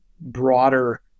broader